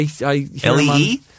L-E-E